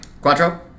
Quattro